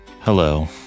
Hello